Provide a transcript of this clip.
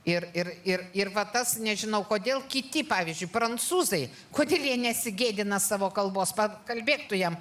ir ir ir ir va tas nežinau kodėl kiti pavyzdžiui prancūzai kodėl jie nesigėdina savo kalbos pakalbėk tu jam